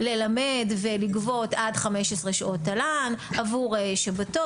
ללמד ולגבות עד 15 שעות תל"ן עבור שבתות,